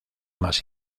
más